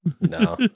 No